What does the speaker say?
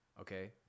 okay